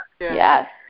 Yes